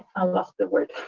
i lost the word.